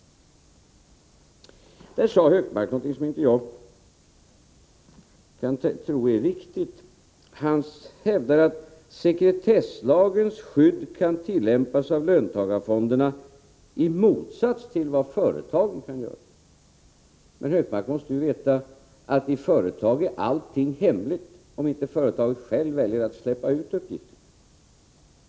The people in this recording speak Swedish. Gunnar Hökmark sade någonting som jag inte kan tro är riktigt. Han hävdar att sekretesslagens skydd kan tillämpas av löntagarfonderna i motsats till vad företagen kan göra. Men Gunnar Hökmark måste veta att allting är hemligt i företag, om inte företaget självt väljer att släppa ut uppgifter.